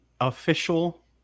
official